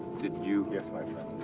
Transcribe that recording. did you yes, my